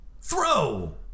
Throw